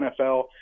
NFL